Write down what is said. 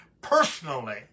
personally